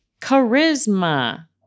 charisma